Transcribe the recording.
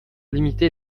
limiter